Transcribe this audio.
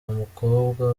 umukobwa